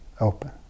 open